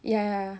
ya